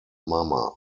mama